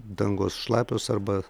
dangos šlapios arba